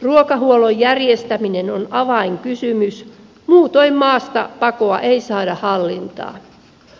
ruokahuollon järjestäminen on avainkysymys muutoin maastapakoa ei saada hallintaan